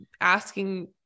asking